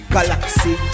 Galaxy